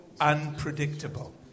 unpredictable